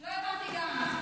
לא הבנתי גם.